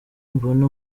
mbone